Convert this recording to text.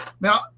Now